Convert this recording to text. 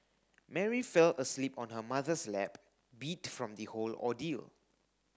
Mary fell asleep on her mother's lap beat from the whole ordeal